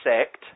sect